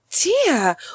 dear